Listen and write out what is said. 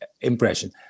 impression